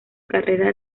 carrera